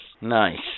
nice